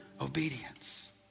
obedience